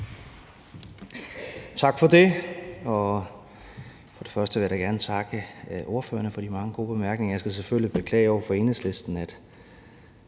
Tak for det. Først vil jeg da gerne takke ordførerne for de mange gode bemærkninger. Jeg skal selvfølgelig beklage over for Enhedslisten, at